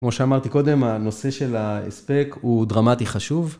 כמו שאמרתי קודם, הנושא של ההספק הוא דרמטי חשוב.